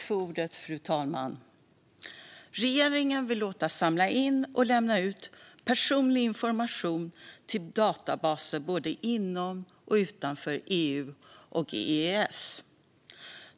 Fru talman! Regeringen vill låta samla in och lämna ut personlig information till databaser både inom och utanför EU och EES.